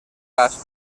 cas